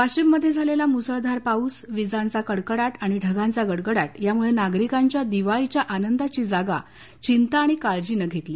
वाशीममध्ये झालेला मुसळधार पाऊस विजांचा कडकडाट आणि ढगांचा गडगडाट यामुळे नागरिकांच्या दिवाळीच्या आनंदाची जागा चिंता आणि काळजीनं घेतली